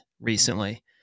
recently